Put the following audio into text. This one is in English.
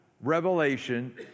revelation